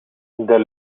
the